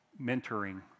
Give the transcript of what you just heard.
mentoring